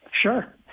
sure